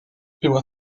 była